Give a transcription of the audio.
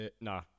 Nah